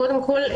קודם כול,